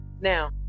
Now